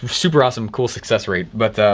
super awesome, cool success rate. but